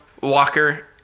Walker